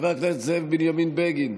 חבר הכנסת זאב בנימין בגין,